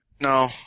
No